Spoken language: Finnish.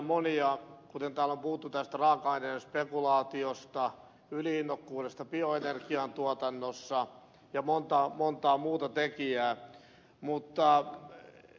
täällä on puhuttu tästä raaka aineilla spekulaatiosta yli innokkuudesta bioenergian tuotannosta ja monesta muusta tekijästä